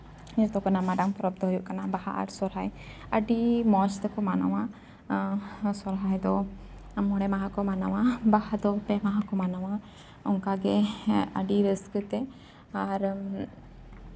ᱡᱚᱛᱚ ᱠᱷᱚᱱᱟᱜ ᱢᱟᱨᱟᱝ ᱯᱚᱨᱚᱵᱽ ᱫᱚ ᱦᱩᱭᱩᱜ ᱠᱟᱱᱟ ᱵᱟᱦᱟ ᱟᱨ ᱥᱚᱦᱨᱟᱭ ᱟᱹᱰᱤ ᱢᱚᱡᱽ ᱛᱮᱠᱚ ᱢᱟᱱᱟᱣᱟ ᱥᱚᱦᱨᱟᱭ ᱫᱚ ᱢᱚᱬᱮ ᱢᱟᱦᱟ ᱠᱚ ᱢᱟᱱᱟᱣᱟ ᱵᱟᱦᱟ ᱫᱚ ᱯᱮ ᱢᱟᱦᱟ ᱠᱚ ᱢᱟᱱᱟᱣᱟ ᱚᱱᱠᱟᱜᱮ ᱟᱹᱰᱤ ᱨᱟᱹᱥᱠᱟᱹᱛᱮ ᱟᱨ